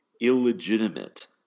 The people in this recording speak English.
illegitimate